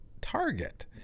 target